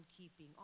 keeping